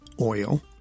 oil